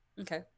Okay